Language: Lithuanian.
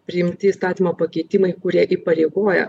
priimti įstatymo pakeitimai kurie įpareigoja